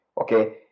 Okay